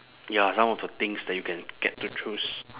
ya some of the things that you can get to choose